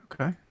okay